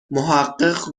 محقق